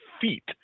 feet